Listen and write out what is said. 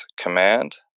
command